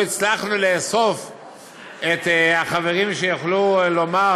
לא הצלחנו לאסוף את החברים שיוכלו לומר